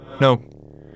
No